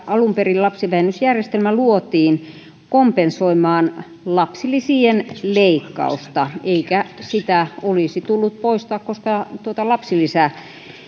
alun perin lapsivähennysjärjestelmä luotiin kompensoimaan lapsilisien leikkausta eikä sitä olisi tullut poistaa koska tuota lapsilisäleik